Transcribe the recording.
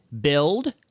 build